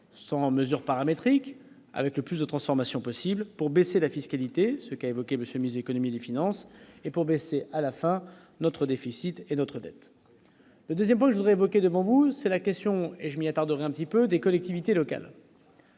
sans mesure paramétrique avec le plus de transformation possibles pour baisser la fiscalité, ce qu'a évoqué Monsieur musée Économie, des Finances et pour baisser à la fin, notre déficit et notre dette, deuxièmement, je voudrais évoquer devant vous, c'est la question et je m'y attarderai un petit peu des collectivités locales.